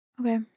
Okay